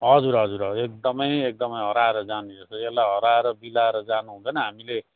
हजुर हजुर हजुर एकदमै एकदमै हराएर जाने रहेछ यसलाई हराएर बिलाएर जानु हुँदैन हामीले